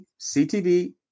CTV